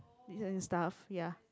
and stuff ya